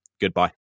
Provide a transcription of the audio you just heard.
Goodbye